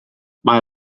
mae